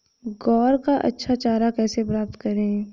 ग्वार का अच्छा चारा कैसे प्राप्त करें?